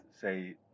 say